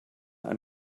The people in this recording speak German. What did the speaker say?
ein